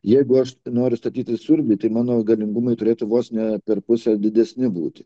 jeigu aš noriu statyti siurblį tai mano galingumai turėtų vos ne per pusę didesni būti